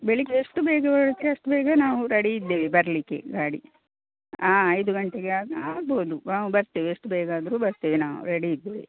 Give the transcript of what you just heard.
ಬೆಳಿಗ್ಗೆ ಎಷ್ಟು ಬೇಗ ಹೊರಡ್ತೀರಿ ಅಷ್ಟು ಬೇಗ ನಾವು ರೆಡಿ ಇದ್ದೇವೆ ಬರಲಿಕ್ಕೆ ಗಾಡಿ ಐದು ಗಂಟೆಗೆ ಆಗ್ ಆಗ್ಬೋದು ನಾವು ಬರ್ತೇವೆ ಎಷ್ಟು ಬೇಗ ಆದರೂ ಬರ್ತೇವೆ ನಾವು ರೆಡಿ ಇದ್ದೇವೆ